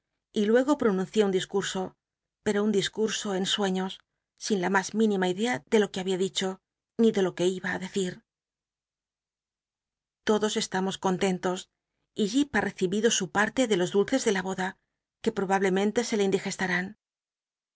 y luego l l'onuncié un discmso pcto un discul'so en sueños sin la mas minima idea de lo que había dicho ni de lo que iba ü clecit l'odos estamos contentos y jip ha recibido su parle de los dulces de la boda que probablemente se le